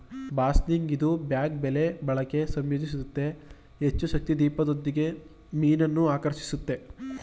ಬಾಸ್ನಿಗ್ ಇದು ಬ್ಯಾಗ್ ಬಲೆ ಬಳಕೆ ಸಂಯೋಜಿಸುತ್ತೆ ಹೆಚ್ಚುಶಕ್ತಿ ದೀಪದೊಂದಿಗೆ ಮೀನನ್ನು ಆಕರ್ಷಿಸುತ್ತೆ